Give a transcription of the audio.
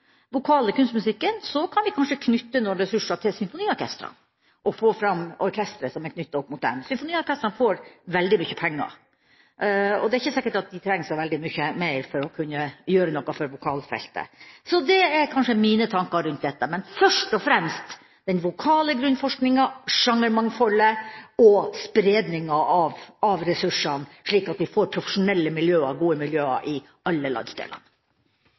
kan vi kanskje knytte noen ressurser til symfoniorkestrene og få fram orkestre som er knyttet opp mot dem. Symfoniorkestrene får veldig mye penger, og det er ikke sikkert at de trenger så veldig mye mer for å kunne gjøre noe på vokalfeltet. Det er kanskje mine tanker rundt dette. Men først og fremst: Den vokale grunnforskninga, sjangermangfoldet og spredninga av ressursene, slik at vi får profesjonelle miljøer og gode miljøer i alle